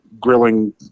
grilling